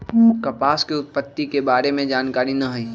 कपास के उत्पत्ति के बारे में जानकारी न हइ